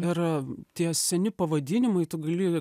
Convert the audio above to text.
ir tie seni pavadinimai tu gali